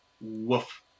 Woof